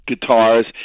guitars